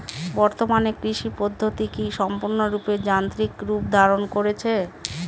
বর্তমানে কৃষি পদ্ধতি কি সম্পূর্ণরূপে যান্ত্রিক রূপ ধারণ করেছে?